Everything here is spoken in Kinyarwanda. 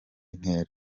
ntera